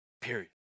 period